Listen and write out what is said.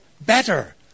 better